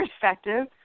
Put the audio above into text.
perspective